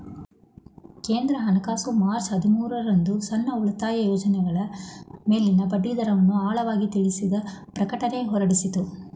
ಕೇಂದ್ರ ಹಣಕಾಸು ಮಾರ್ಚ್ ಹದಿಮೂರು ರಂದು ಸಣ್ಣ ಉಳಿತಾಯ ಯೋಜ್ನಗಳ ಮೇಲಿನ ಬಡ್ಡಿದರವನ್ನು ಆಳವಾಗಿ ತಿಳಿಸಿದ ಪ್ರಕಟಣೆ ಹೊರಡಿಸಿತ್ತು